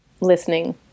listening